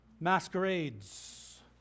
masquerades